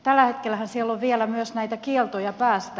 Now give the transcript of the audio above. tällä hetkellähän siellä on vielä myös näitä kieltoja päästä